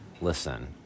Listen